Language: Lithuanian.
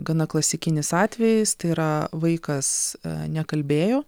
gana klasikinis atvejis tai yra vaikas nekalbėjo